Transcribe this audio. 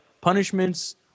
punishments